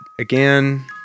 again